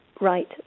right